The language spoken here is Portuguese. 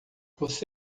você